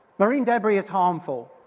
marine debris is harmful,